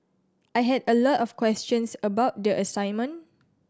I had a lot of questions about the assignment